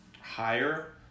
higher